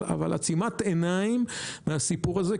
אבל עצימת עיניים מהסיפור הזה,